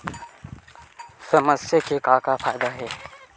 समस्या के का फ़ायदा हे?